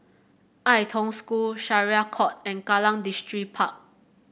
Ai Tong School Syariah Court and Kallang Distripark